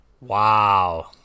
Wow